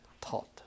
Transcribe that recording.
taught